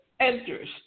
enters